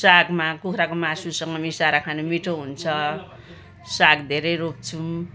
सागमा कुखुराको मासुसँग मिसाएर खान मिठो हुन्छ साग धेरै रोप्छौँ